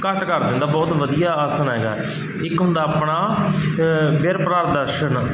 ਘੱਟ ਕਰ ਦਿੰਦਾ ਬਹੁਤ ਵਧੀਆ ਆਸਣ ਹੈਗਾ ਇੱਕ ਹੁੰਦਾ ਆਪਣਾ ਵਿਰਪ੍ਰਾਦਰਸ਼ਨ